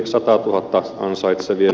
ei muuta